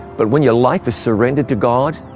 but when your life is surrendered to god,